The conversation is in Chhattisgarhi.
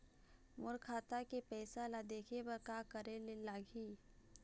मोर खाता के पैसा ला देखे बर का करे ले लागही?